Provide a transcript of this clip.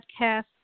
podcast